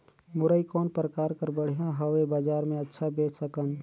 मुरई कौन प्रकार कर बढ़िया हवय? बजार मे अच्छा बेच सकन